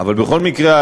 בכל מקרה,